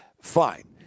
fine